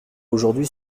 aujourd’hui